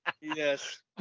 Yes